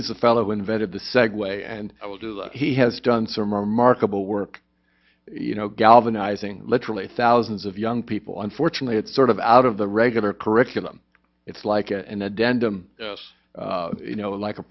he's a fellow invented the segway and i will do he has done some remarkable work you know galvanizing literally thousands of young people unfortunately it's sort of out of the regular curriculum it's like an addendum you know like a